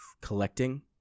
collecting